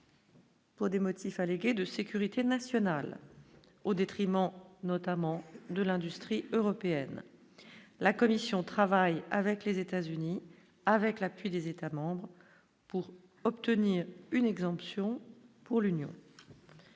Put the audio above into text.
Pour des motifs allégués de sécurité nationale, au détriment notamment de l'industrie européenne, la commission travaille avec les États-Unis, avec l'appui des États-membres pour obtenir une exemption pour l'Union.